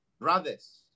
brothers